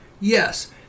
Yes